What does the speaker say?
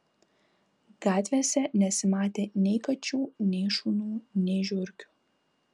gatvėse nesimatė nei kačių nei šunų nei žiurkių